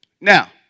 Now